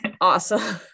Awesome